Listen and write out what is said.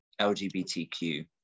lgbtq